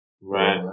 Right